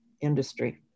industry